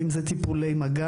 אם זה באמצעות טיפולי מגע,